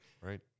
Right